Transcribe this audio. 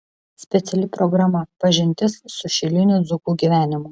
speciali programa pažintis su šilinių dzūkų gyvenimu